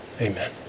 Amen